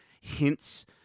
hints